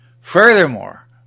Furthermore